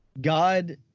God